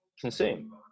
consume